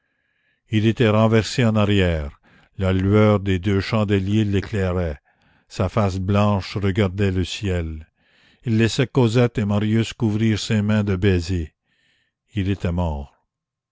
il était renversé en arrière la lueur des deux chandeliers l'éclairait sa face blanche regardait le ciel il laissait cosette et marius couvrir ses mains de baisers il était mort